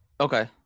Okay